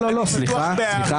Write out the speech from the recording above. סליחה.